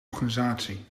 organisatie